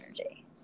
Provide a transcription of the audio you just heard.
energy